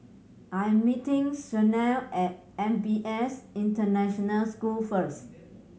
I am meeting Shayne at N P S International School first